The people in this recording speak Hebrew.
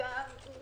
קטמנדו,